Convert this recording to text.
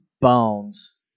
bones